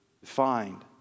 defined